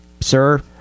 sir